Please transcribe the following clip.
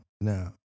Now